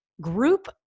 group